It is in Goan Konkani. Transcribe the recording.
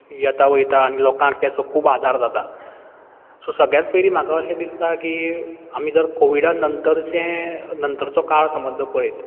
येता वयता आनी लोकांक तेचो खूब आधार जाता सो सगळ्यांत पयलीं म्हाका अशें दिसता की आमी जर कोविडा नंतरचें नंतरचो काळ समज जर पळयत